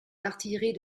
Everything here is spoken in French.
l’artillerie